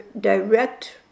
direct